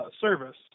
service